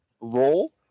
role